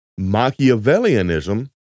Machiavellianism